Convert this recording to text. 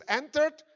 entered